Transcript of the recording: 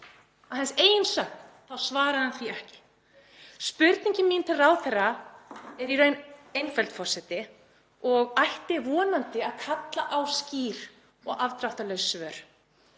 hans eigin sögn svaraði hann því ekki. Spurningin mín til ráðherra er í raun einföld, forseti, og ætti vonandi að kalla á skýr og afdráttarlaus svör.